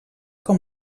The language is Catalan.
com